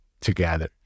together